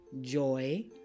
joy